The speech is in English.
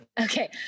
Okay